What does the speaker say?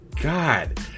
God